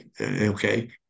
okay